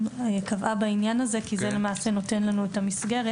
כפי שקבעה בניין הזה כי זה למעשה נותן לנו את המסגרת.